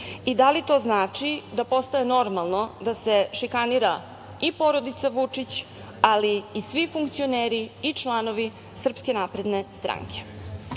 i da li to znači da postaje normalno da se šikanira i porodica Vučić, ali i svi funkcioneri i članovi SNS?Zgodno je